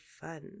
fun